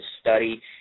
study